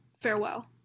farewell